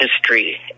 history